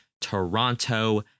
toronto